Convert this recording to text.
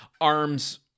arms